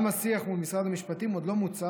גם השיח מול משרד המשפטים עוד לא מוצה